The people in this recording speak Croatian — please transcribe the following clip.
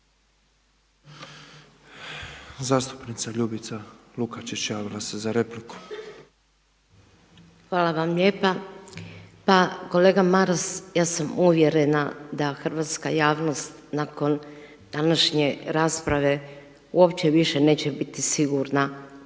Zastupnica Ljubica Lukačić javila se za repliku. **Lukačić, Ljubica (HDZ)** Hvala vam lijepa. Pa kolega Maras ja sam uvjerena da hrvatska javnost nakon današnje rasprave uopće više neće biti sigurna u